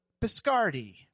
Biscardi